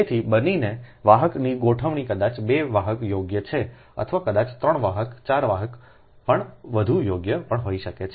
તેથી બનીને વાહકની ગોઠવણી કદાચ 2 વાહક યોગ્ય છે અથવા કદાચ 3 વાહક 4 વાહક પણ વધુ યોગ્ય પણ હોઈ શકે છે